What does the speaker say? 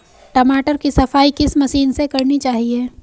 टमाटर की सफाई किस मशीन से करनी चाहिए?